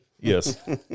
Yes